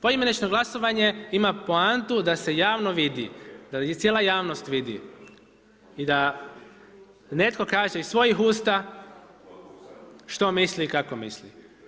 Poimenično glasovanje ima poantu da se javno vidi, da i cijela javnost vidi i da netko kaže iz svojih usta što misli i kako misli.